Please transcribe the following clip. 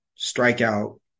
strikeout